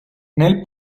nel